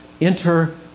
enter